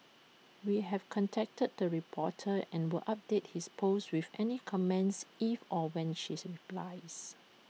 we have contacted the reporter and will update his post with any comments if or when she's replies